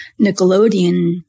Nickelodeon